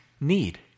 need